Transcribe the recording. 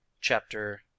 Chapter